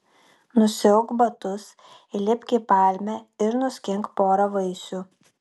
nusiauk batus įlipk į palmę ir nuskink porą vaisių